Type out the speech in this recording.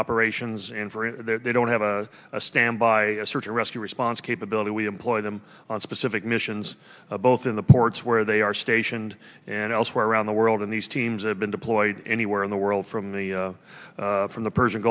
operations and they don't have a standby search and rescue response capability we employ them on specific missions both in the ports where they are stationed and elsewhere around the world and these teams have been deployed anywhere in the world from the from the persian